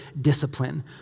discipline